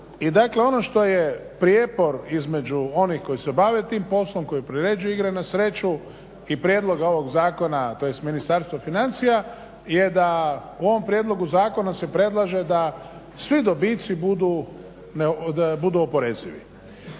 dakle ono što je prijepor između onih koji se bave tim poslom, koji priređuju igre na sreću i prijedloga ovog zakona, tj. Ministarstva financija je da u ovom prijedlogu zakona se predlaže da svi dobici budu oporezivi.